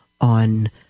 on